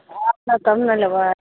आयब तब ने लेबै